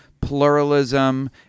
pluralism